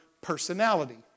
personality